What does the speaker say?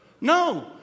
No